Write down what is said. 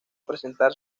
presentar